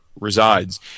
resides